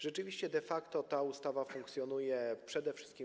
Rzeczywiście de facto ta ustawa funkcjonuje przede wszystkim.